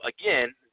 again